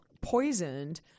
poisoned